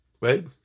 right